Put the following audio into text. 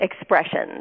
expressions